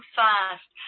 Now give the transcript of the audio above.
fast